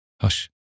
Hush